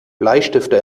bleistifte